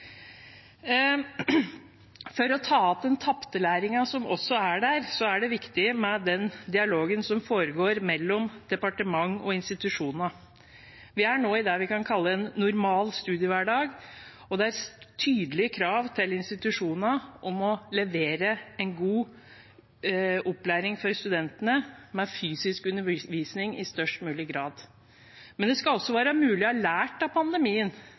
For å ta igjen den tapte læringen som også er der, er det viktig med den dialogen som foregår mellom departement og institusjonene. Vi er nå i det vi kan kalle en normal studiehverdag, og det er tydelige krav til institusjonene om å levere en god opplæring for studentene, med fysisk undervisning i størst mulig grad. Men det skal også være mulig å ha lært av pandemien